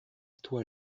toi